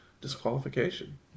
disqualification